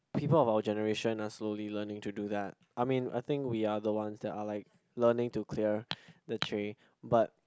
people of our generation are slowly learning to do that I mean I think we are the one that are like learning to clear the tray but